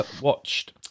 watched